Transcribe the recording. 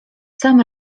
sam